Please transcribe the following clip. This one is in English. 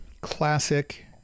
classic